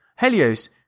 Helios